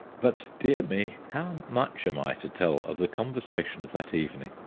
but dear me! how much am i to tell of the conversation of that evening?